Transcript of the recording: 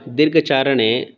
दीर्घचारणे